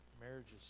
marriages